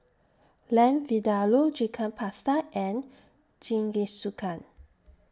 Lamb Vindaloo Chicken Pasta and Jingisukan